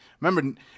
Remember